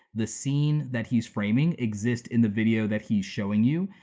the scene that he's framing exists in the video that he's showing you,